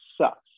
sucks